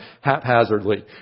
haphazardly